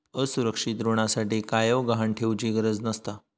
असुरक्षित ऋणासाठी कायव गहाण ठेउचि गरज नसता